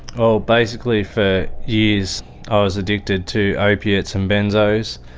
well, basically for years i was addicted to opiates and benzos.